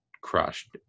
crushed